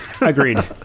Agreed